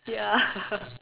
ya